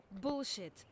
Bullshit